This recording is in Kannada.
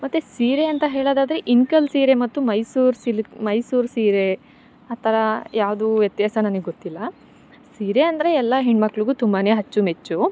ಮತ್ತು ಸೀರೆ ಅಂತ ಹೇಳೋದಾದ್ರೆ ಇಳ್ಕಲ್ ಸೀರೆ ಮತ್ತು ಮೈಸೂರು ಸಿಲ್ಕ್ ಮೈಸೂರು ಸೀರೆ ಆ ಥರ ಯಾವುದು ವ್ಯತ್ಯಾಸ ನನಗ್ ಗೊತ್ತಿಲ್ಲ ಸೀರೆ ಅಂದರೆ ಎಲ್ಲ ಹೆಣ್ಮಕ್ಕಳಿಗು ತುಂಬಾ ಅಚ್ಚು ಮೆಚ್ಚು